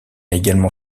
également